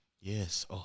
Yes